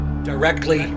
directly